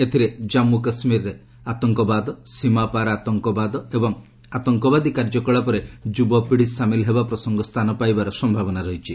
ଏଥିରେ ଜାନ୍ମୁ କାଶ୍ମୀର ଆତଙ୍କବାଦ ସୀମାପାର ଆତଙ୍କବାଦ ଏବଂ ଆତଙ୍କବାଦୀ କାର୍ଯ୍ୟକଳାପରେ ଯୁବପିଢ଼ି ସାମିଲ ହେବା ପ୍ରସଙ୍ଗ ସ୍ଥାନ ପାଇବାର ସମ୍ଭାବନା ରହିଛି